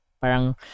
Parang